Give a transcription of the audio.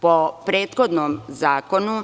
Po prethodnom zakonu,